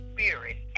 Spirit